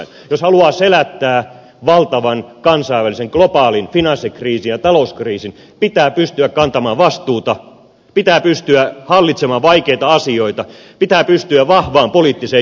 jos haluaa selättää valtavan kansainvälisen globaalin finanssikriisin ja talouskriisin pitää pystyä kantamaan vastuuta pitää pystyä hallitsemaan vaikeita asioita pitää pystyä vahvaan poliittiseen johtajuuteen